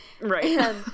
right